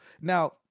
now